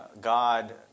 God